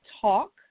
talk